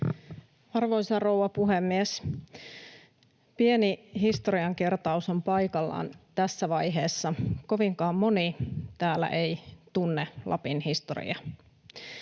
Arvoisa rouva puhemies! Pieni historian kertaus on paikallaan tässä vaiheessa. Kovinkaan moni täällä ei tunne Lapin historiaa.